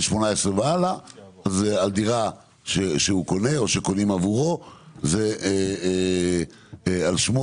18 והלאה זה הדירה שהוא קונה או שקונים עבורו זה על שמו